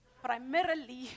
Primarily